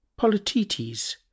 Polytetes